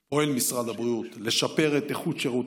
משרד הבריאות פועל לשפר את איכות שירותי